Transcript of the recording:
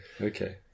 okay